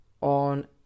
on